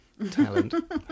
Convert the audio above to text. talent